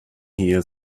here